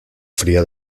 fría